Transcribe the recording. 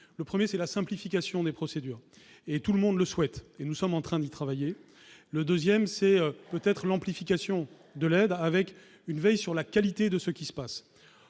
Le premier, c'est la simplification des procédures. Tout le monde la souhaite, et nous sommes en train d'y travailler. Le second, c'est peut-être l'amplification de l'aide, avec une veille sur la qualité de ce qui se passe.